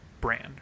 brand